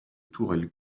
tourelles